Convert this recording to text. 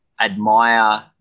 admire